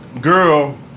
girl